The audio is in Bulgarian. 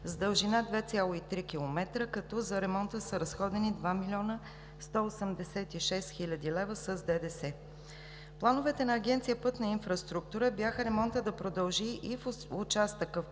с дължина 2,3 км, като за ремонта са разходени 2 млн. 186 хил. лв. с ДДС. Плановете на Агенция „Пътна инфраструктура“ бяха ремонтът да продължи и в участъка в